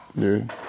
Dude